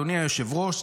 אדוני היושב-ראש,